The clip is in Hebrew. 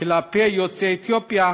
כלפי יוצאי אתיופיה,